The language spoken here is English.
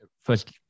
First